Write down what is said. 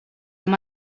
amb